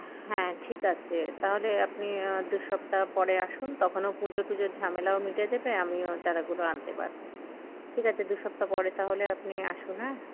হ্যাঁ ঠিক আছে তাহলে আপনি দু সপ্তা পরে আসুন তখনও পুজো টুজোর ঝামেলাও মিটে যাবে আমিও চারাগুলো আনতে পারবো ঠিক আছে দু সপ্তাহ পরে তাহলে আপনি আসুন হ্যাঁ